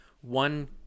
one